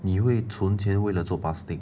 你会存钱为了做 plastic